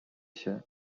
się